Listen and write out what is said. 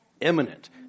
imminent